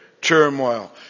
turmoil